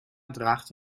draagt